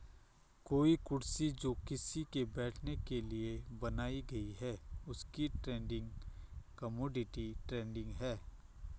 कोई कुर्सी जो किसी के बैठने के लिए बनाई गयी है उसकी ट्रेडिंग कमोडिटी ट्रेडिंग है